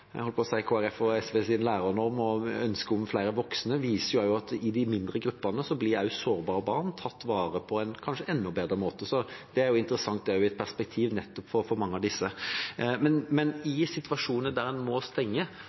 jeg holdt på å si at Kristelig Folkeparti og SVs lærernorm og ønske om flere voksne også viser det – blir sårbare barn i de mindre gruppene tatt vare på på en kanskje enda bedre måte. Det er også et interessant perspektiv for nettopp mange av disse. I situasjoner der en må stenge